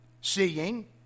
seeing